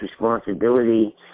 responsibility